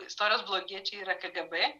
istorijos blogiečiai yra kgb